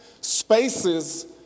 spaces